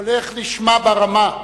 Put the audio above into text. קולך נשמע ברמה.